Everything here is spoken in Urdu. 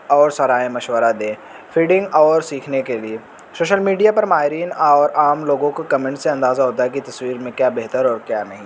اور صلاح یا مشورہ دیں فیڈنگ اور سیکھنے کے لیے شوشل میڈیا پر ماہرین اور عام لوگوں کو کمنٹ سے اندازہ ہوتا ہے کہ تصویر میں کیا بہتر ہے اور کیا نہیں ہے